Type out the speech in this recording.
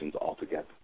altogether